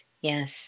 yes